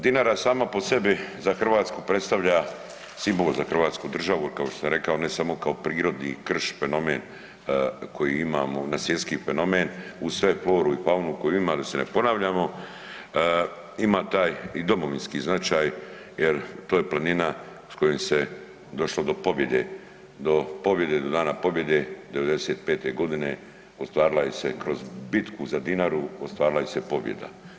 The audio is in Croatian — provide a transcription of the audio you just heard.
Dinara sama po sebi za Hrvatsku predstavlja simbol za hrvatsku državu il kao što sam rekao ne samo kao prirodni krš fenomen koji imamo na svjetski fenomen uz sve floru i faunu koju ima da se ne ponavljamo, ima i taj domovinski značaj jer to je planina s koje se došlo do pobjede, do pobjede, do dana pobjede '95.g. ostvarila je se kroz bitku za Dinaru ostvarila je se pobjeda.